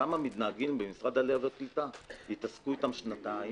שם התעסקו איתם שנתיים.